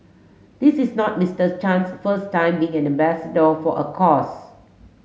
this is not Mister Chan's first time being an ambassador for a cause